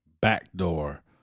Backdoor